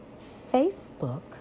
Facebook